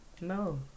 No